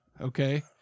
Okay